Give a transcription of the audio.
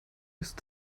ist